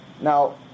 Now